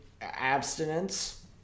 Abstinence